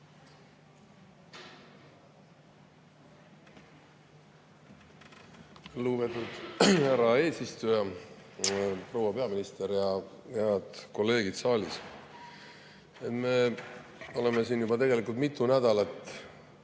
Lugupeetud härra eesistuja! Proua peaminister! Head kolleegid saalis! Me oleme siin juba tegelikult mitu nädalat